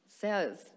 says